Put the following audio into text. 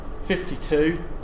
52